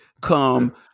come